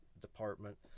department